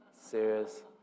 Serious